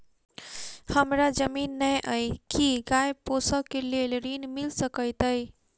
हमरा जमीन नै अई की गाय पोसअ केँ लेल ऋण मिल सकैत अई?